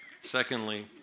Secondly